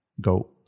Go